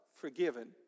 Forgiven